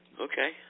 Okay